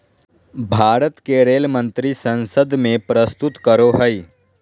भारत के रेल मंत्री संसद में प्रस्तुत करो हइ